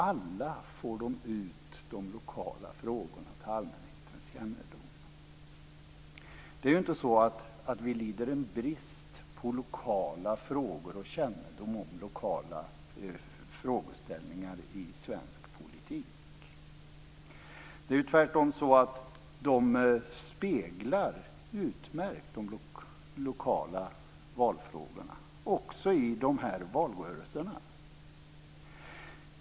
Alla får de ut de lokala frågorna till allmänhetens kännedom. Det är inte så att vi lider en brist på lokala frågor och kännedom om lokala frågeställningar i svensk politik. Det är tvärtom så att dessa medier utmärkt speglar de lokala valfrågorna också i dessa valrörelser.